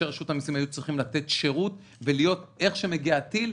רשות המסים היו צריכים לתת שירות כדי שאיך שמגיע הטיל,